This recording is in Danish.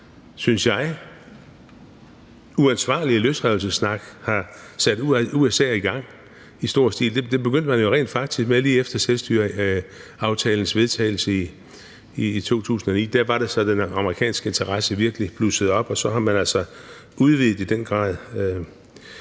synes jeg, uansvarlige løsrivelsessnak har sat USA i gang i stor stil. Det begyndte man jo rent faktisk med lige efter selvstyreaftalens vedtagelse i 2009. Der var det, at den amerikanske interesse virkelig blussede op, og så har man altså i den grad